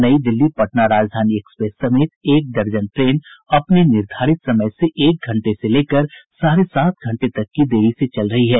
नई दिल्ली पटना राजधानी एक्सप्रेस समेत एक दर्जन ट्रेन अपने निर्धारित समय से एक घंटे से लेकर साढ़े सात घंटे तक की देरी से चल रही हैं